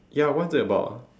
ya what's it about